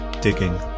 digging